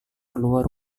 keluar